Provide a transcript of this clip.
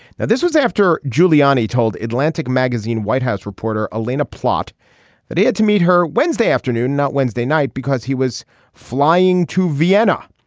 now this was after giuliani told atlantic magazine white house reporter alina plot that he had to meet her wednesday afternoon not wednesday night because he was flying to vienna.